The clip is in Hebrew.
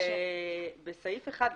בסעיף 1,